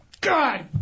god